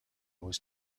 was